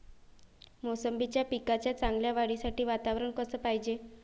मोसंबीच्या पिकाच्या चांगल्या वाढीसाठी वातावरन कस पायजे?